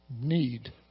need